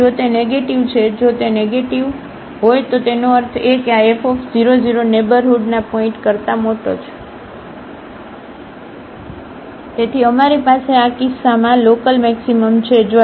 તેથી જો તે નેગેટીવ છે જો તે નેગેટીવ છે તેનો અર્થ એ કે આ f00નેઇબરહુડના પોઇન્ટ કરતા મોટો છે તેથી અમારી પાસે આ કિસ્સામાં લોકલમેક્સિમમ છે